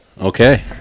Okay